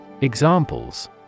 Examples